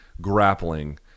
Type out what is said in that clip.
grappling